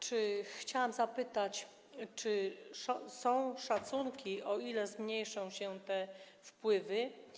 Chciałam zapytać: Czy są szacunki, o ile zmniejszą się te wpływy?